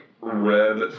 red